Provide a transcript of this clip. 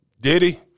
Diddy